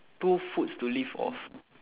two foods to live off